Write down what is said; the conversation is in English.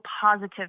positive